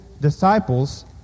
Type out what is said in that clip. disciples